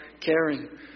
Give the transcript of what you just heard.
caring